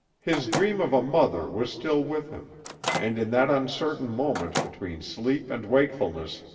his dream of a mother was still with him and in that uncertain moment between sleep and wakefulness,